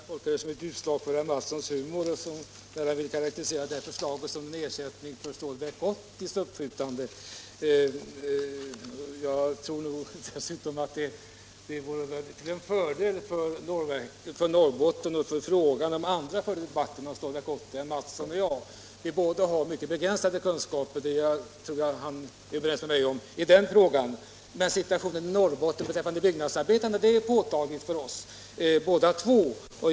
Herr talman! Jag vet inte om jag skall tolka det som ett utslag av herr Mattssons humor när han vill karakterisera detta förslag som en ersättning för det uppskjutna Stålverk 80. Jag tror dessutom att det är en fördel för Norrbotten om andra än herr Mattsson och jag diskuterar Stålverk 80. Vi har ju båda mycket begränsade kunskaper i den frågan —- det är nog herr Mattsson beredd att hålla med mig om. Men situationen i Norrbotten för byggnadsarbetarna är påtaglig för oss två.